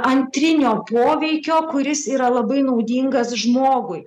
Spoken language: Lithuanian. antrinio poveikio kuris yra labai naudingas žmogui